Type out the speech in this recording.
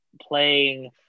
playing –